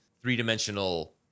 three-dimensional